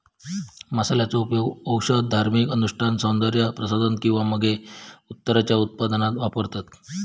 मसाल्यांचो उपयोग औषध, धार्मिक अनुष्ठान, सौन्दर्य प्रसाधन किंवा मगे उत्तराच्या उत्पादनात वापरतत